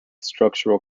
structural